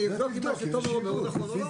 אני אבדוק מה שתומר אומר הוא נכון או לא.